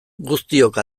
guztiok